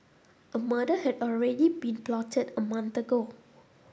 a murder had already been plotted a month ago